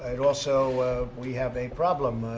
it also we have a problem.